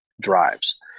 drives